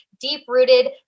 deep-rooted